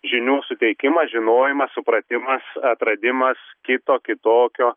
žinių suteikimas žinojimas supratimas atradimas kito kitokio